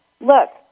look